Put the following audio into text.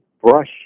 brush